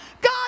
God